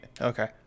Okay